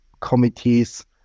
committees